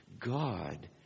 God